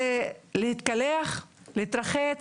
זה להתקלח, להתרחץ,